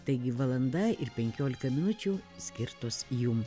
taigi valanda ir penkiolika minučių skirtos jum